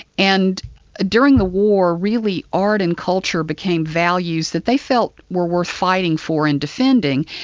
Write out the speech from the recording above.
and ah during the war really art and culture became values that they felt were worth fighting for and defending.